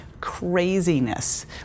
Craziness